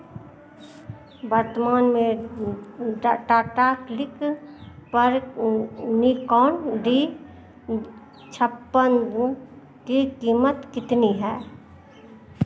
वर्तमान में टाटा क्लिक पर निकॉन डी छप्पन की कीमत कितनी है